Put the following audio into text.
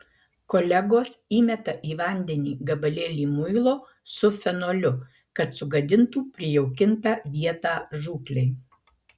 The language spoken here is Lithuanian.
kolegos įmeta į vandenį gabalėlį muilo su fenoliu kad sugadintų prijaukintą vietą žūklei